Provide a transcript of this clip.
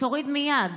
'תוריד מייד,